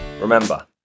Remember